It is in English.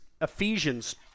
Ephesians